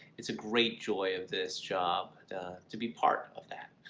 it's a great joy of this job to be part of that.